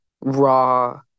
raw